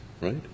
right